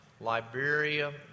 Liberia